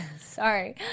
Sorry